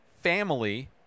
family